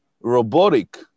robotic